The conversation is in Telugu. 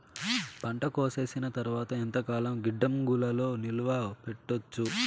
పంట కోసేసిన తర్వాత ఎంతకాలం గిడ్డంగులలో నిలువ పెట్టొచ్చు?